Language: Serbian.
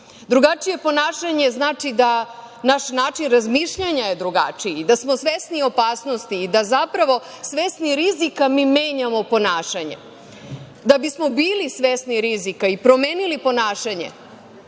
Drugačije ponašanje znači da naš način razmišljanja je drugačije i da smo svesniji opasnosti i da, zapravo, svesni rizika mi menjamo ponašanje. Da bismo bili svesni rizika i promenili ponašanje